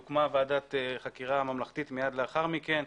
הוקמה ועדת חקירה ממלכתית מיד לאחר מכן.